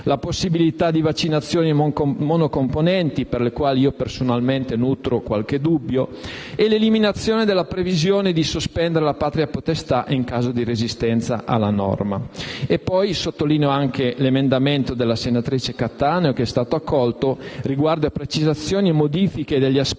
la possibilità di vaccinazioni monocomponenti, per le quali personalmente nutro qualche dubbio; l'eliminazione della previsione di sospendere la patria potestà in caso di resistenza alla norma. Sottolineo inoltre l'accoglimento dell'emendamento della senatrice Cattaneo riguardo a precisazioni e modifiche degli aspetti